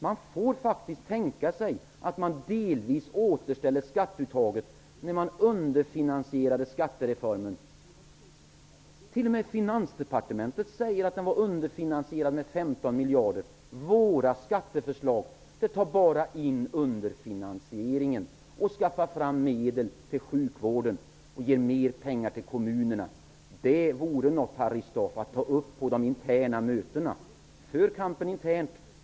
Man måste faktiskt tänka sig att delvis återställa skatteuttaget. Skattereformen var ju underfinansierad med 15 miljarder. Det säger t.o.m. Finansdepartementet. Med våra skatteförslag tar man in underfinansieringen och skaffar fram mer medel till sjukvården och kommunerna. Detta vore något för Harry Staaf att ta upp på de interna mötena. För kampen internt!